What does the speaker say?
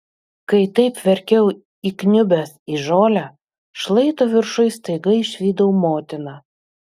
kai taip verkiau įkniubęs į žolę šlaito viršuj staiga išvydau motiną